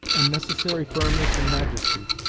and necessary firmness and majesty,